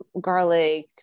garlic